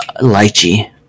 lychee